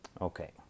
Okay